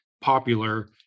popular